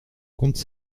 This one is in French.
compte